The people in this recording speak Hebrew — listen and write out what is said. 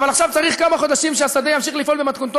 אבל עכשיו צריך כמה חודשים שהשדה ימשיך לפעול במתכונתו